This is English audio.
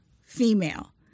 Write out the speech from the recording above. female